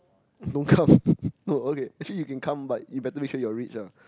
don't come no okay actually you can come but you better make sure you are rich ah